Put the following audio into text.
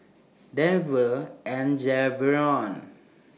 Denver and Javion